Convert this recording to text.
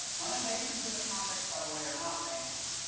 limitations in this context by the way are not bans,